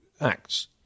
acts